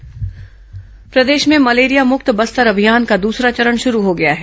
malaria मुक्त बस्तर अभियान प्रर्देश में मलेरिया मुक्त बस्तर अभियान का दूसरा चरण शुरू हो गया है